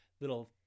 little